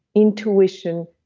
intuition,